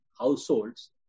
households